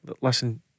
listen